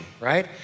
right